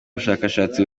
bushakashatsi